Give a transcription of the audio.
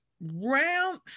round